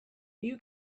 you